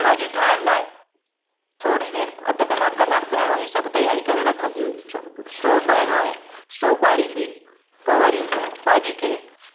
भाॼी ठाहिण लाइ थोरी देरि अधु कलाकु कलाकु पहिरों ई सभु तयारी करे रखंदी हुई छो की स्टॉव ॿारिणो आहे स्टॉव ॿारींदी पोइ वरी भाॼी खे